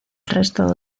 resto